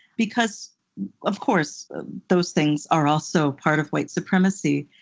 because of course those things are also part of white supremacy,